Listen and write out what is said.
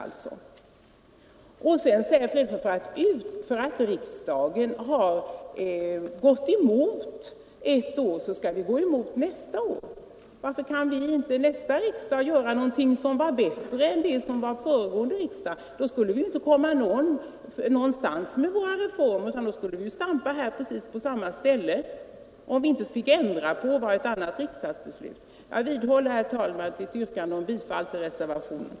De som nu avvisar tanken på en förbättring för dessa änkor anför nu vidare att eftersom riksdagen tidigare avvisat förslag härom bör riksdagen göra detta även i år. Finge vi inte ändra på ett tidigare riksdagsbeslut skulle vi inte komma någonstans med våra reformer utan stå och stampa på precis samma ställe. Herr talman! Jag vidhåller mitt yrkande om bifall till reservationen.